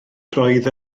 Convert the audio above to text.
roedd